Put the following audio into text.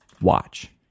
watch